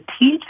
teach